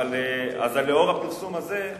לאור הפרסום הזה,